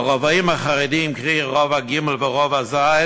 ברבעים החרדיים, קרי רובע ג' ורובע ז',